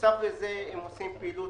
בנוסף לזה, הם עושים פעילות